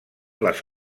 les